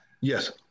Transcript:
yes